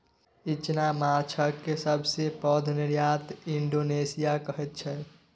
इचना माछक सबसे पैघ निर्यात इंडोनेशिया करैत छै